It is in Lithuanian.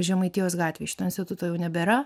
žemaitijos gatvėj šito instituto jau nebėra